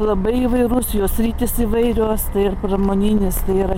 labai įvairus jo sritys įvairios tai ir pramoninės tai ir aš